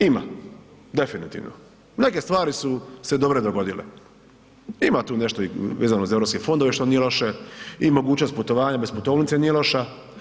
Ima definitivno, neke stvari su se dobre dogodile, ima tu nešto i vezano i za Europske fondove što nije loše i mogućnost putovanja bez putovnice nije loša.